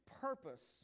purpose